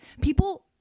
people